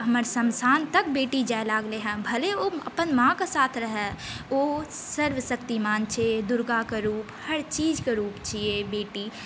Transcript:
हमर शमशान तक बेटी जाइ लगलै हँ भले ओ अपन माँके साथ रहै ओ सर्वशक्तिमान छै दुर्गाके रूप हर चीजके रूप छिए बेटी